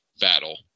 battle